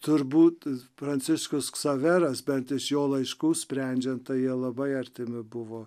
turbūt pranciškus ksaveras bent iš jo laiškų sprendžiant jie labai artimi buvo